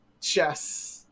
chess